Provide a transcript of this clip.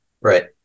Right